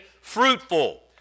Fruitful